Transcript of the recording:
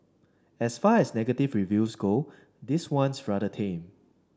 as far as negative reviews go this one's rather tame